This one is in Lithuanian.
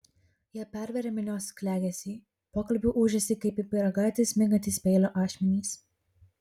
jie perveria minios klegesį pokalbių ūžesį kaip į pyragaitį smingantys peilio ašmenys